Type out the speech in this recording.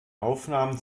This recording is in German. aufnahmen